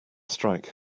strike